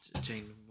Jane